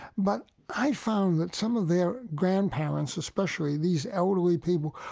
but i found that some of their grandparents, especially these elderly people,